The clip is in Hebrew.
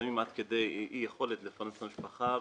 לפעמים עד כדי אי יכולת לפרנס את המשפחה,